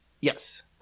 yes